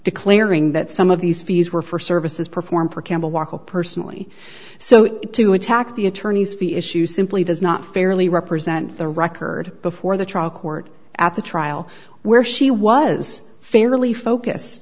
declaring that some of these fees were for services performed for campbell personally so to attack the attorney's fee issue simply does not fairly represent the record before the trial court at the trial where she was fairly focus